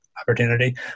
opportunity